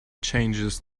changes